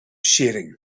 sharing